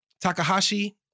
Takahashi